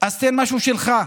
אז תן משהו שלך.